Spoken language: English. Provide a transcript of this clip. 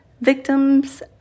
victims